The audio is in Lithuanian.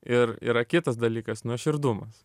ir yra kitas dalykas nuoširdumas